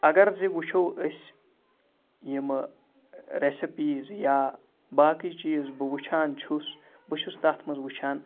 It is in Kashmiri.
اگر زِ وُچھو أسۍ یِم ریٚسِپیٖز یا باقٕے چیٖز بہٕ وُچھان چھُس بہٕ چھُس تَتھ منٛز وُچھان